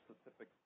specific